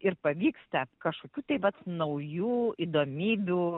ir pavyksta kažkokių tai vat naujų įdomybių